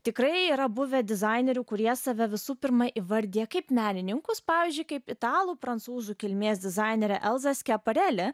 tikrai yra buvę dizainerių kurie save visų pirma įvardijo kaip menininkus pavyzdžiui kaip italų prancūzų kilmės dizainerė elza skeparelė